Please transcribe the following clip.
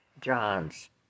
Johns